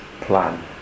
plan